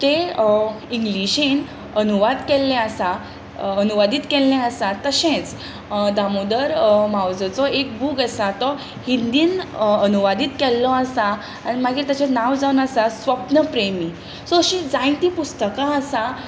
तें इंग्लिशीन अनुवाद केल्लें आसा अनुवादीत केल्लें आसा तशेंच दामोदर मावजोचो एक बुक आसा तो हिंदींत अनुवादीत केल्लो आसा आनी मागीर ताचें नांव जावन आसा स्वप्नप्रेमी सो अशीं जायतीं पुस्तकां आसा